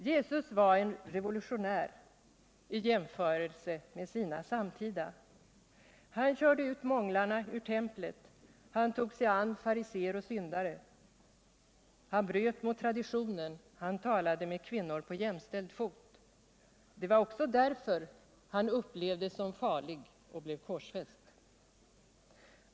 Jesus var en revolutionär i jämförelse med sina samtida. Han körde ut månglarna ur templet, han tog sig an fariséer och syndare. Han bröt mot traditionen, han talade med kvinnor på jämställd fot. Det var också därför han upplevdes som farlig och korsfästes.